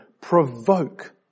Provoke